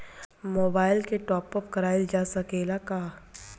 Mobile के top आप कराइल जा सकेला का?